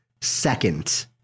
second